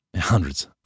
Hundreds